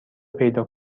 پیدا